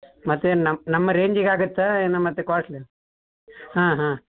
ಮತ್ತು ಏನು ನಮ್ಮ ನಮ್ಮ ರೇಂಜಿಗಾಗತ್ತಾ ನಮ್ಮ ಮತ್ತೆ ಕಾಸ್ಟ್ಲಿಯಾ ಹಾಂ ಹಾಂ